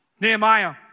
Nehemiah